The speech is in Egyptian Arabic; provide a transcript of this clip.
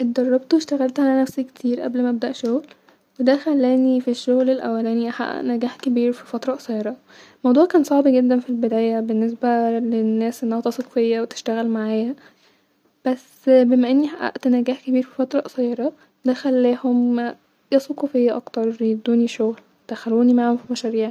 اتدربت واشتغلت علي نفسي كتير قبل ما ابدء الشغل-ودا خلاني في الشغل الولاني -احقق نجاح كبير فى فتره قصيره-الموضع كان صعب جدا فى البدايه-بالنسبه للناس انها تثق فيا وتتشغل معايا بس- بما اني حققت نجاح كبير في فتره قصيره- دا خلاهم يثقو فيا اكتر-يدونى شغل-يدخلوني معاهم فى مشاريع